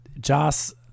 Joss